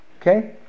Okay